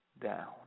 down